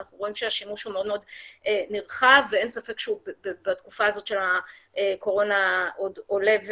אנחנו רואים שהשימוש מאוד נרחב ואין ספק שבתקופת הקורונה עוד עולה.